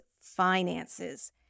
finances